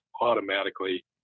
automatically